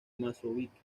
mozambique